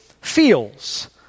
feels